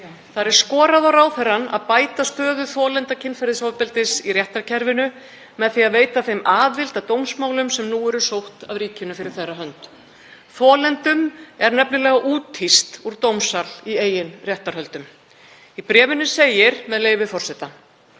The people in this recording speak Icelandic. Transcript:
Þar er skorað á ráðherrann að bæta stöðu þolenda kynferðisofbeldis í réttarkerfinu með því að veita þeim aðild að dómsmálum sem nú eru sótt af ríkinu fyrir þeirra hönd. Þolendum er nefnilega úthýst úr dómsal í eigin réttarhöldum. Í bréfinu segir, með leyfi forseta: